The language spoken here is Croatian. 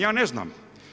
Ja ne znam.